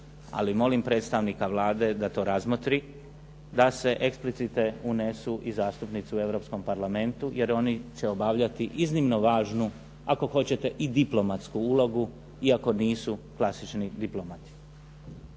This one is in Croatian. ali molim predstavnika Vlade da to razmotri da se explicite unesu i zastupnici u Europskom parlamentu jer oni će obavljati iznimno važnu, ako hoćete i diplomatsku ulogu, iako nisu klasični diplomati.